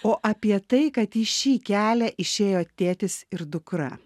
o apie tai kad į šį kelią išėjo tėtis ir dukra